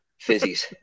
fizzies